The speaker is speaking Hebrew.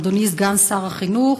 אדוני סגן שר החינוך,